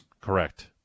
Correct